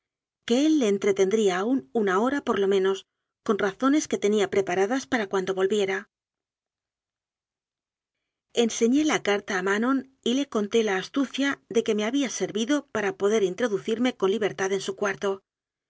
que él le entretendría aún una hora por lo menos con razones que tenía prepa radas para cuando volviera enseñé la carta a manon y le conté la astucia de que me había servido para poder introducirme con libertad en su cuarto